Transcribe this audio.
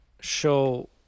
show